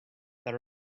that